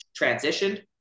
transitioned